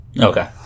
Okay